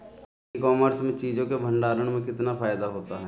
ई commerce में चीज़ों के भंडारण में कितना फायदा होता है?